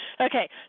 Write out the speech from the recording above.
Okay